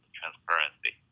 transparency